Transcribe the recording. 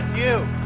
you.